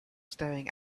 staring